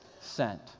Sent